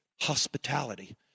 hospitality